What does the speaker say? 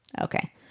Okay